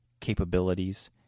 capabilities